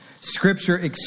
Scripture